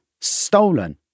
stolen